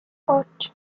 ocho